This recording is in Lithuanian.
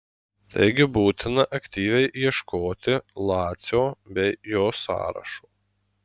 taigi būtina aktyviai ieškoti lacio bei jo sąrašo